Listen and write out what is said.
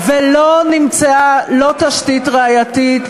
ולא נמצאה לא תשתית ראייתית,